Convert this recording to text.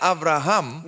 Abraham